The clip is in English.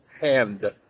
hand